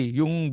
yung